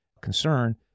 concern